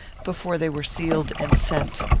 before they were sealed and sent.